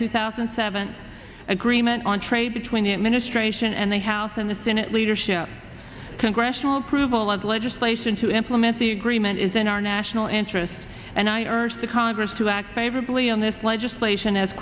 two thousand and seven agreement on trade between the administration and the house and the senate leadership congressional approval of legislation to implement the agreement is in our national interest and i urge the congress to act favorably on this legislation as